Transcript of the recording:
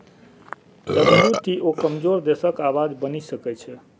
WTO कमजोर देशक आवाज बनि सकै छै